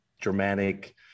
Germanic